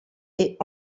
est